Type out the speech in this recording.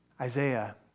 Isaiah